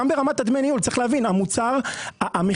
גם ברמת דמי הניהול.